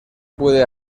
puede